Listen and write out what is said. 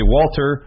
Walter